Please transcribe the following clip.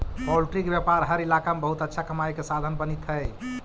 poultry के व्यापार हर इलाका में बहुत अच्छा कमाई के साधन बनित हइ